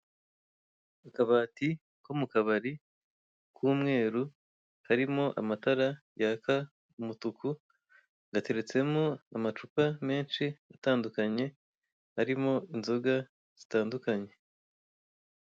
Akabati ko mu kabari k'umweru karimo amatara yaka umutuku gateretsemo amacupa menshi atandukanye arimo inzoga zitandukanye.